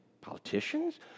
politicians